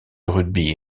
rugby